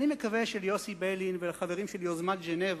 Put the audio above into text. אני מקווה שליוסי ביילין ולחברים של יוזמת ז'נבה,